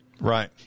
Right